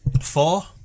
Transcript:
Four